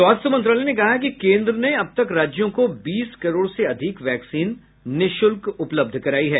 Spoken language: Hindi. स्वास्थ्य मंत्रालय ने कहा कि केन्द्र ने अब तक राज्यों को बीस करोड़ से अधिक वैक्सीन निःशुल्क उपलब्ध कराई है